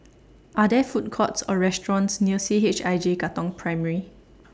Are There Food Courts Or restaurants near C H I J Katong Primary